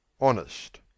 honest